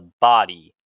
body